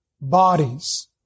bodies